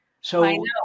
So-